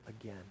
again